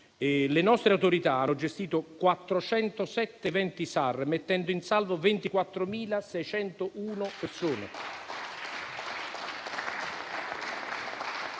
le nostre autorità hanno gestito 407 eventi SAR mettendo in salvo 24.601 persone